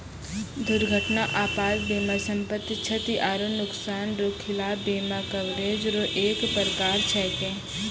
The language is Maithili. दुर्घटना आपात बीमा सम्पति, क्षति आरो नुकसान रो खिलाफ बीमा कवरेज रो एक परकार छैकै